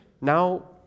now